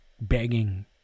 begging